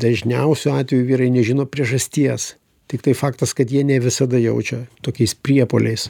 dažniausiu atveju vyrai nežino priežasties tiktai faktas kad jie ne visada jaučia tokiais priepuoliais